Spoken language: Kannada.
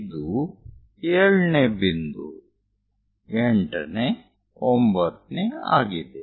ಇದು 7 ನೇ ಬಿಂದು 8 ನೇ 9 ನೇ ಆಗಿದೆ